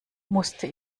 musste